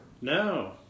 No